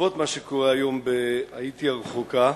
בעקבות מה שקורה היום בהאיטי הרחוקה: